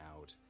out